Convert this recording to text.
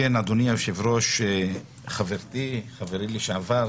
אדוני היושב-ראש, חברתי, חברי לשעבר.